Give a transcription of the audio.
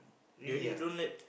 really ah